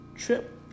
Trip